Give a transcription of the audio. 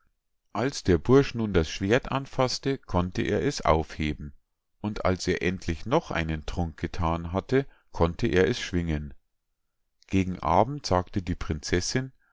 als der bursch nun das schwert anfaßte konnte er es aufheben und als er endlich noch einen trunk gethan hatte konnte er es schwingen gegen abend sagte die prinzessinn